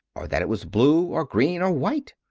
or that it was blue or green or white.